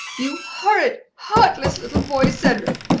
you horrid, heartless little boy, cedric!